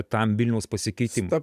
tam vilniaus pasikeitimui